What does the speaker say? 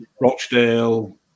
Rochdale